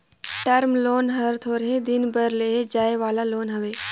term loan हर थोरहें दिन बर देहे जाए वाला लोन हवे